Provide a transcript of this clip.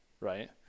right